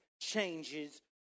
changes